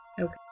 Okay